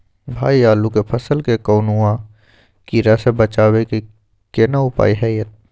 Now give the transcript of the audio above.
भाई आलू के फसल के कौनुआ कीरा से बचाबै के केना उपाय हैयत?